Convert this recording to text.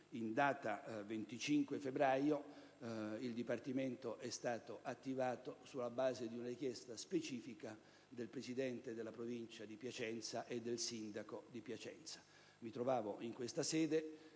in data 25 febbraio il Dipartimento è stato attivato, sulla base di una richiesta specifica del presidente della Provincia di Piacenza e del sindaco di Piacenza. Mi trovavo in questa sede